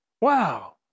Wow